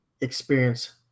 experience